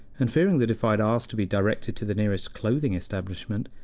and fearing that if i had asked to be directed to the nearest clothing establishment,